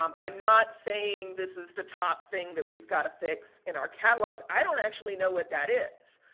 um i'm not saying that this is the top thing that we've got to fix in our catalogs. i don't actually know what that is.